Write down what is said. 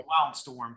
Wildstorm